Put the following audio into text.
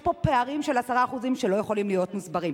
יש פה פערים של 10% שלא יכולים להיות מוסברים.